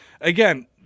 Again